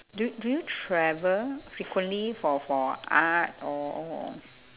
do do you travel frequently for for art or or